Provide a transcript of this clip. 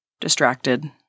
distracted